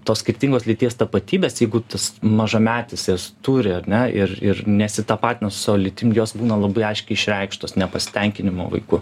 tos skirtingos lyties tapatybės jeigu tas mažametis jas turi ar ne ir ir nesitapatina su savo lytim jos būna labai aiškiai išreikštos nepasitenkinimu vaiku